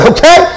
Okay